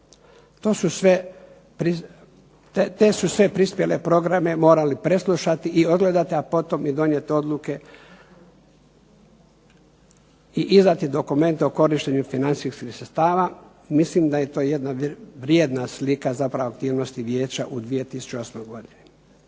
te su sve prispjele programe morali preslušati i odgledati a potom donijeti odluke i izdati dokumente o korištenju financijskih sredstava, mislim da je to jedna vrijedna slika aktivnosti Vijeća u 2008. godini.